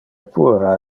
puera